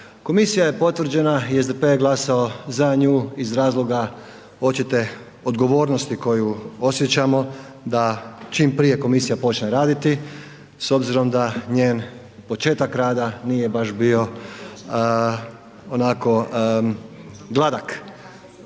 Komisija je potvrđena i SDP je glasao za nju iz razloga očite odgovornosti koju osjećamo da čim prije komisija počne raditi s obzirom da njen početak rada nije baš bio onako gladak.